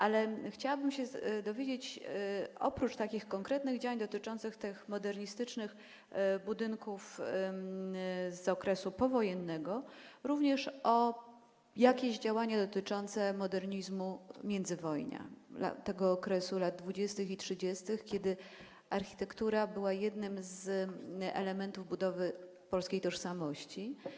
Ale chciałbym się dowiedzieć, czy oprócz takich konkretnych działań dotyczących tych modernistycznych budynków z okresu powojennego również są podejmowane jakieś działania dotyczące modernizmu międzywojnia, okresu lat 20. i 30., kiedy architektura była jednym z elementów budowy polskiej tożsamości.